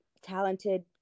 talented